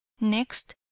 next